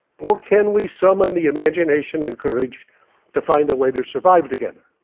or can we summon the imagination and courage to find a way to survive together,